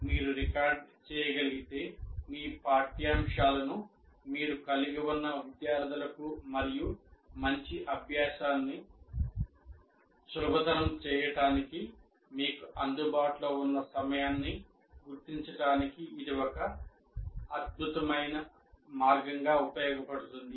మీరు రికార్డ్ చేయగలిగితే మీ పాఠ్యాంశాలను మీరు కలిగి ఉన్న విద్యార్థులకు మరియు మంచి అభ్యాసాన్ని సులభతరం చేయడానికి మీకు అందుబాటులో ఉన్న సమయాన్ని గుర్తించడానికి ఇది ఒక అద్భుతమైన మార్గంగా ఉపయోగపడుతుంది